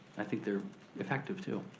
i think they're effective too.